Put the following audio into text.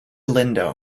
lindo